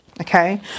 okay